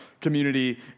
Community